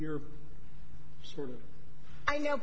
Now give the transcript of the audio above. you're sort of i know